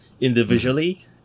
individually